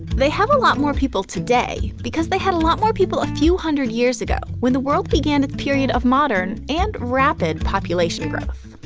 they have a lot more people today because they had a lot more people a few hundred years ago, when the world began its period of modern, and rapid, population growth.